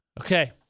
Okay